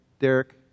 Derek